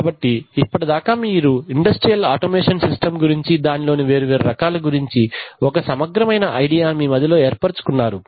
కాబట్టి ఇప్పటిదాకా మీరు ఇండస్ట్రియల్ ఆటోమేషన్ సిస్టం గురించి దానిలోని వేరు వేరు రకాల గురించి ఒక సమగ్రమైన ఐడియా మీ మదిలో ఏర్పరచుకున్నారు